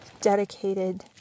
dedicated